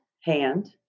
hand